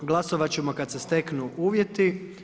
Glasovat ćemo kada se steknu uvjeti.